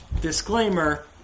disclaimer